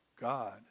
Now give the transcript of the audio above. God